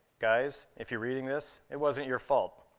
guys, if you're reading this, it wasn't your fault.